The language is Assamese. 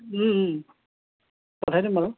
পঠাই দিম বাৰু